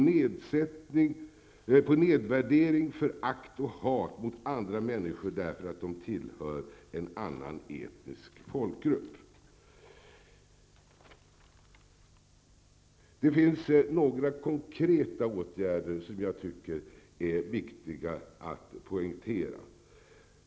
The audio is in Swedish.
Den bygger på nedvärdering, förakt och hat mot andra människor därför att de tillhör en annan etnisk folkgrupp. Det finns några konkreta åtgärder som jag tycker är viktiga att poängtera.